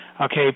Okay